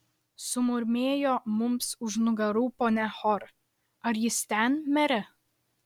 sumurmėjo mums už nugarų ponia hor ar jis ten mere